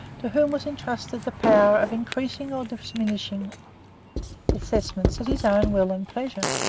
to whom was entrusted the power of increasing or diminishing assessments at his own will and pleasure.